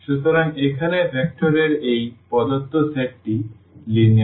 সুতরাং এখানে ভেক্টর এর এই প্রদত্ত সেটটি লিনিয়ারলি ইন্ডিপেন্ডেন্ট